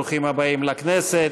ברוכים הבאים לכנסת.